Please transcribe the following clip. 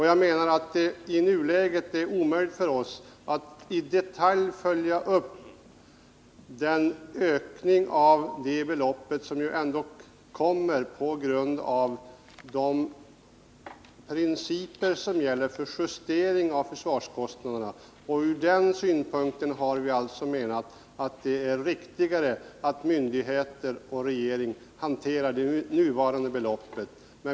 Jag menar att det i nuläget är omöjligt för oss att i detalj följa upp den ökning av beloppet som ju ändå blir följden av de principer som gäller för justering av försvarskostnaderna. Från den synpunkten finner vi det riktigare att myndigheter och regering hanterar det nuvarande beloppet.